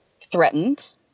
threatened